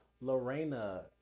lorena